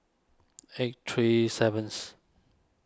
eight three seventh